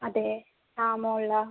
അതെ ആ മുകളിലാണ്